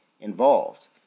involved